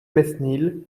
mesnil